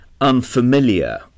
unfamiliar